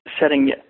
setting